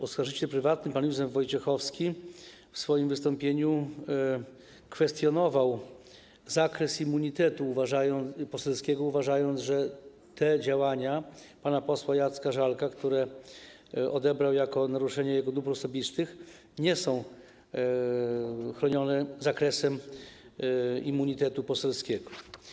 Oskarżyciel prywatny pan Józef Wojciechowski w swoim wystąpieniu także kwestionował zakres immunitetu poselskiego, uważając, że te działania pana posła Jacka Żalka, które odebrał jako naruszenie jego dóbr osobistych, nie są chronione zakresem immunitetu poselskiego.